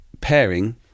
pairing